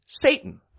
Satan